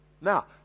Now